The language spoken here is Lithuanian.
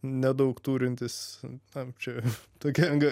nedaug turintis tam čia tokia anga